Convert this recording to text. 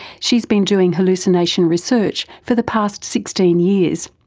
she's been doing hallucination research for the past sixteen years.